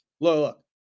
look